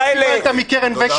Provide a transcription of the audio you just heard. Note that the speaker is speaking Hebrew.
מה אתה קיבלת מקרן וקסנר?